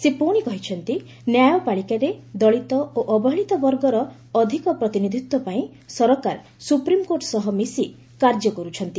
ସେ ପୁଣି କହିଛନ୍ତି ନ୍ୟାୟପାଳିକାରେ ଦଳିତ ଓ ଅବହେଳିତ ବର୍ଗର ଅଧିକ ପ୍ରତିନିଧିତ୍ୱ ପାଇଁ ସରକାର ସୁପ୍ରିମକୋର୍ଟ ସହ ମିଶି କାର୍ଯ୍ୟ କରୁଛନ୍ତି